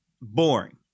boring